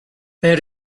there